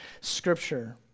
scripture